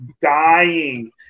dying